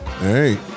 Hey